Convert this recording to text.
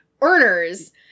earners